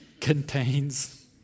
contains